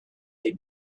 they